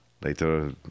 later